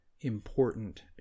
important